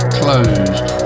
closed